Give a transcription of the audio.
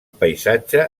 paisatge